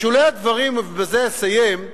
בשולי הדברים, ובזה אסיים,